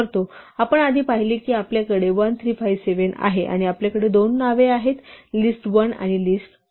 आपण आधी पाहिले की आपल्याकडे 1 3 5 7 आहे आणि आपल्याकडे दोन नावे आहेत list1 आणि list2